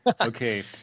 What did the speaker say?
okay